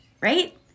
right